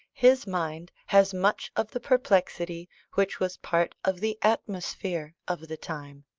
his mind has much of the perplexity which was part of the atmosphere of the time.